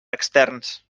externs